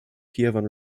kievan